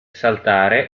saltare